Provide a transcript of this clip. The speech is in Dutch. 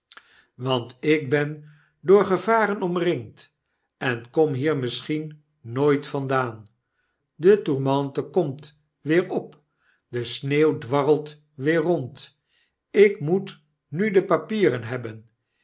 want ik ben door gevaren omringd en kom hier misschien nooit vandaan de tourmente komt weer op de sneeuw dwarrelt weer rond ik moet nu de paieren hebben